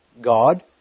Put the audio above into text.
God